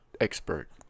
expert